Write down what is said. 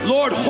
Lord